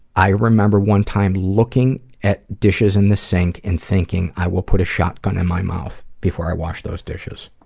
i remember one time looking at dishes in the sink and thinking, i will put a shotgun in my mouth, before i wash those dishes.